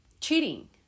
cheating